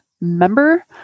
member